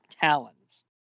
talons